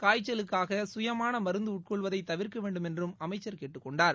காய்ச்சலுக்காக சுயமான மருந்து உட்கொள்வதை தவிர்க்க வேண்டுமென்றும் அமைச்சள் கேட்டுக் கொண்டார்